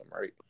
right